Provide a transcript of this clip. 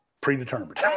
predetermined